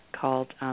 called